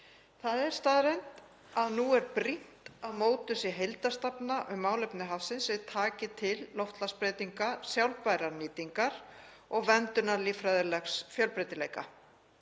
Það er staðreynd að nú er brýnt að mótuð sé heildarstefna um málefni hafsins sem taki til loftslagsbreytinga, sjálfbærrar nýtingar og verndunar líffræðilegs fjölbreytileika.